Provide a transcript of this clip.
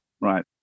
right